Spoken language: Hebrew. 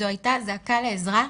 זו הייתה זעקה לעזרה,